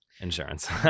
insurance